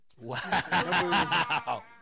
Wow